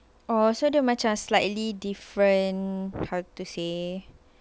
oh so the dia macam slightly different how to say